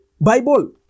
Bible